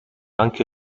anche